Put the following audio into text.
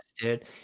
dude